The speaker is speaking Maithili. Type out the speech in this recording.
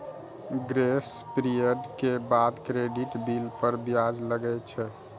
ग्रेस पीरियड के बाद क्रेडिट बिल पर ब्याज लागै छै